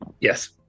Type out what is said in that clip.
Yes